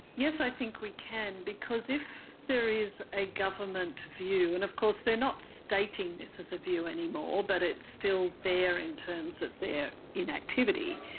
yes, i think we can, because if there is a government view and, of course, they're not stating this as a view anymore, but it's still there in terms of their inactivity.